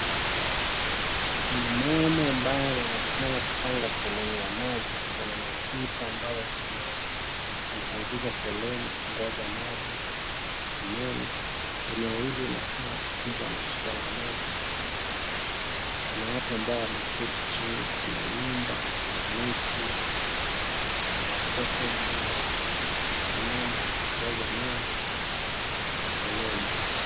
Kuna mama ambae anaonekana kupanga foleni ya maji kwa mapipa ambazo zimepangishwa foleni kungoja maji kisimani. Eneo hili linakaa kuwa na shida ya maji. Kuna watu ambao wameketi chini, kuna nyumba kuna miti kuna watoto ambao wamesimama wakingoja maji katika foleni